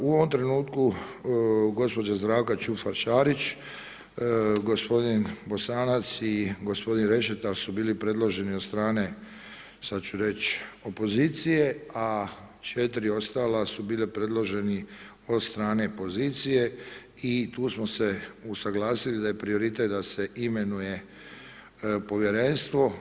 U ovom trenutku gospođa Zdravka Čufar Šarić, gospodin Bosanac i gospodin Rešetar su bili predloženi od strane opozicije, a četiri ostala su bili predloženi od strane pozicije i tu smo se usaglasili da je prioritet da se imenuje povjerenstvo.